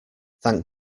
thank